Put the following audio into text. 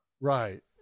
Right